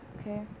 okay